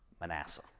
Manasseh